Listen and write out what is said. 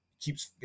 keeps